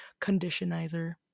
conditionizer